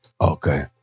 Okay